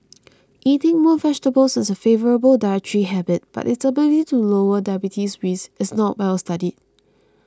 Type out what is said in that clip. eating more vegetables is a favourable dietary habit but its ability to lower diabetes risk is not well studied